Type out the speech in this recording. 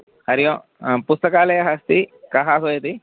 हरिः ओम् पुस्तकालयः अस्ति कः आह्वयति